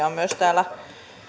on myös